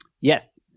Yes